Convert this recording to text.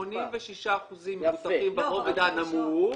86% מבוטחים ברובד הנמוך,